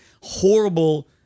horrible